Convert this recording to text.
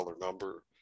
number